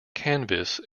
canvas